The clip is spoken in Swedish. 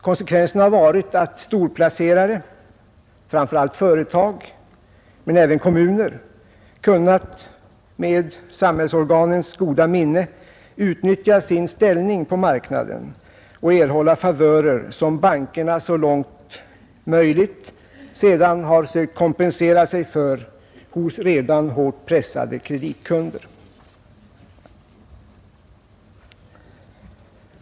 Konsekvensen har varit att storplacerare — framför allt företag men även kommuner — med samhällsorganens goda minne har kunnat utnyttja sin ställning på marknaden och erhållit favörer, som bankerna så långt som möjligt sedan har sökt kompensera sig för hos redan hårt pressade kreditkunder.